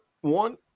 one